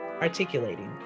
Articulating